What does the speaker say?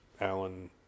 Alan